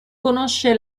conosce